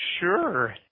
sure